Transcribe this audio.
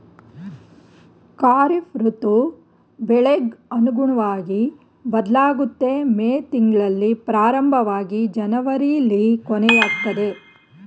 ಖಾರಿಫ್ ಋತು ಬೆಳೆಗ್ ಅನುಗುಣ್ವಗಿ ಬದ್ಲಾಗುತ್ತೆ ಮೇ ತಿಂಗ್ಳಲ್ಲಿ ಪ್ರಾರಂಭವಾಗಿ ಜನವರಿಲಿ ಕೊನೆಯಾಗ್ತದೆ